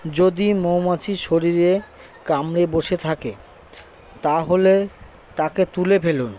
যদি মৌমাছি শরীরে কামড়ে বসে থাকে তাহলে তাকে তুলে ফেলুন